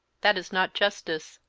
that is not justice,